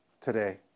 today